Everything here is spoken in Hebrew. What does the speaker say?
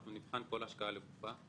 אנחנו נבחן כל השקעה לגופה.